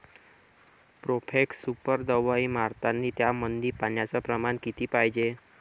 Profex super दवाई मारतानी त्यामंदी पान्याचं प्रमाण किती पायजे?